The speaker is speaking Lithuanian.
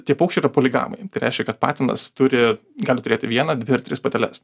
tie paukščiai yra poligamai tai reiškia kad patinas turi gali turėti vieną dvi ar tris pateles